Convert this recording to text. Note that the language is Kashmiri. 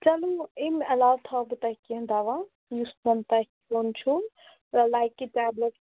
چلو أمۍ علاوٕ تھاوٕ بہٕ تۄہہِ کیٚنٛہہ دَوا یُس زَن تۄہہِ کھیوٚن چھُو لایِک کہِ ٹیبلِٹ